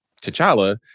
T'Challa